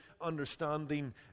understanding